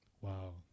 Wow